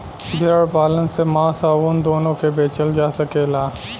भेड़ पालन से मांस आ ऊन दूनो के बेचल जा सकेला